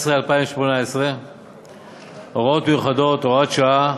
ו-2018 (הוראות מיוחדות) (הוראת שעה)